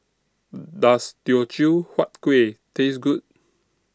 Does Teochew Huat Kueh Taste Good